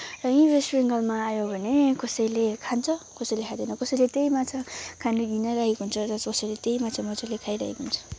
र यहीँ वेस्ट बङ्गालमा आयो भने कसैले खान्छ कसैले खाँदैन कसैले त्यही माछा खानेले घिनाइरहेको हुन्छ र कसैले त्यही माछा मज्जाले खाइरहेको हुन्छ